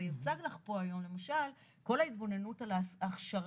ויוצג לך פה היום, למשל, כל ההתבוננות על ההכשרה,